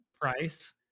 price